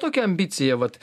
tokia ambicija vat